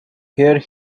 here